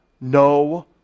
no